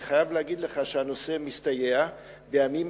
אני חייב להגיד לך שהנושא מסתייע: בימים